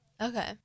Okay